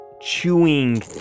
chewing